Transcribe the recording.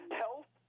health